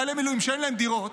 חיילי מילואים שאין להם דירות,